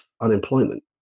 unemployment